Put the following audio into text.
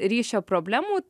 ryšio problemų